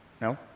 No